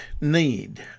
need